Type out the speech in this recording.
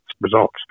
results